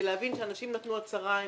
ולהבין שאנשים נתנו הצהרה.